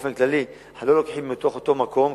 באופן כללי אנחנו לא לוקחים מתוך אותו מקום,